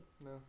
No